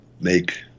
make